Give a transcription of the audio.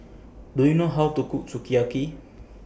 Do YOU know How to Cook Sukiyaki